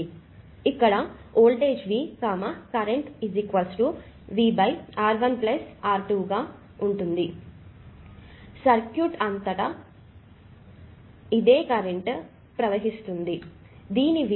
ఇక్కడ voltage V current VR1R2 గా ఉంటుందిసర్క్యూట్ అంతటా ఇదే కరెంట్ ప్రవహిస్తుంది దీని విలువ VR1R2